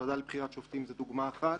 הוועדה לבחירת שופטים זו דוגמה אחת,